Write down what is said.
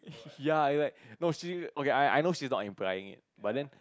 ya it's like no she okay I I know she's not implying it but then